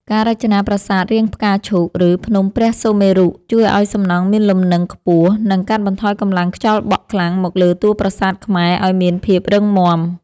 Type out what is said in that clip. ការរចនាប្រាសាទរាងផ្កាឈូក ឬ ភ្នំព្រះសុមេរុជួយឱ្យសំណង់មានលំនឹងខ្ពស់ និង កាត់បន្ថយកម្លាំងខ្យល់បក់ខ្លាំងមកលើតួប្រាសាទខ្មែរឱ្យមានភាពរឹងមាំ។